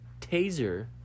taser